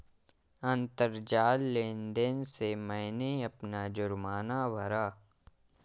अंतरजाल लेन देन से मैंने अपना जुर्माना भरा